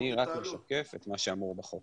אני רק משקף את מה שכתוב בחוק.